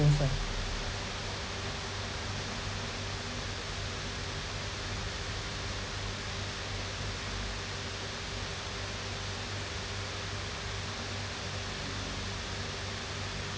means uh